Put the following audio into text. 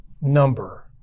number